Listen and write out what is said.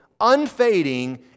unfading